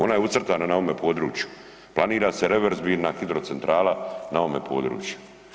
Ona je ucrtana na ovome području, planira se reverzibilna hidrocentrala na ovome području.